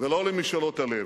ולא למשאלות הלב.